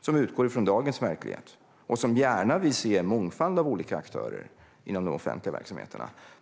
som utgår från dagens verklighet och som gärna vill se en mångfald av olika aktörer inom offentlig verksamhet.